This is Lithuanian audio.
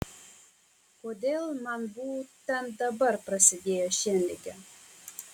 kodėl man būtent dabar prasidėjo šienligė